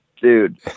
Dude